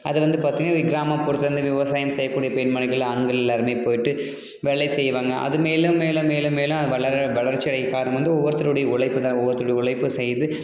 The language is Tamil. அது வந்து பார்த்தீங்கன்னா இது கிராமம் பொறுத்து அந்த விவசாயம் செய்யக் கூடிய பெண்மணிகள் ஆண்கள் எல்லோருமே போய்விட்டு வேலை செய்வாங்க அது மேலும் மேலும் மேலும் மேலும் வளர வளர்ச்சி அடைய காரணம் வந்து ஒவ்வொருத்தருடைய உழைப்பு தான் ஒவ்வொருத்தருடைய உழைப்பு செய்து